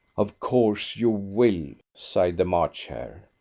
of course you will, sighed the march hare.